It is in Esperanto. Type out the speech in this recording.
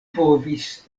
povis